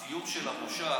בסיום של המושב,